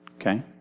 Okay